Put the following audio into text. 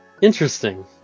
Interesting